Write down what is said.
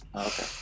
Okay